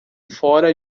fora